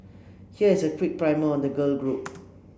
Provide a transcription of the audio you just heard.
here is a quick primer on the girl group